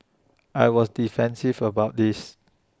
I was defensive about this